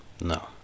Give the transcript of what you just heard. no